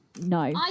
no